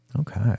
Okay